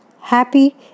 happy